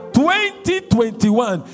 2021